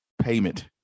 payment